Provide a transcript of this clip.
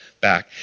back